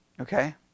Okay